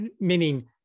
meaning